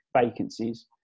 vacancies